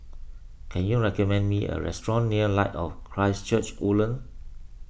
can you recommend me a restaurant near Light of Christ Church Woodlands